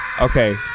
Okay